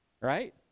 right